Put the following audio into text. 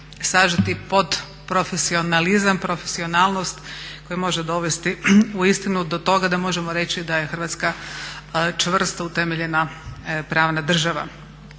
sažeti pod profesionalizam, profesionalnost koje može dovesti uistinu do toga da možemo reći da je Hrvatska čvrsto utemeljena pravna država.